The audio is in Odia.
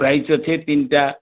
ପ୍ରାଇଜ୍ ଅଛି ତିନିଟା